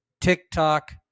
TikTok